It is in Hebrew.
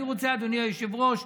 אני רוצה, אדוני היושב-ראש,